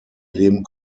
leben